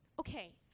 Okay